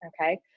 Okay